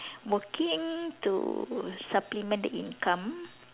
working to supplement the income